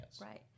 Right